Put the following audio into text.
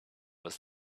was